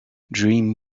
dream